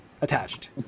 attached